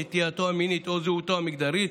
נטייתו המינית או זהותו המגדרית,